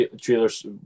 trailer's